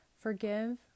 Forgive